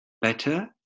better